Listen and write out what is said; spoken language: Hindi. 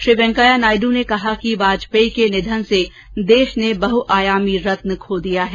श्री वैंकेया नायडू ने कहा कि वाजपेयी के निधन से देश ने बहआयामी रत्न खो दिया है